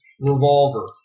revolver